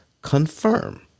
confirm